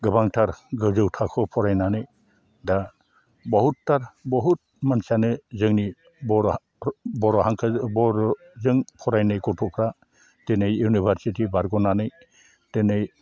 गोबांथार गोजौ थाखोआव फरायनानै दा बहुतथार बहुत मानसियानो जोंनि बर' बर' हांखोजों बर' जों फरायनाय गथ'फ्रा दिनै इउनिभारसिटि बारग'नानै दिनै